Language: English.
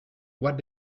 what